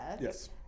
Yes